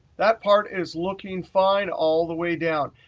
that part is looking fine all the way down.